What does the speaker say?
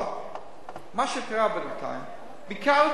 אבל מה שקרה בינתיים, עשיתי